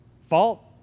fault